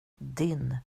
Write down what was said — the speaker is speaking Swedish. din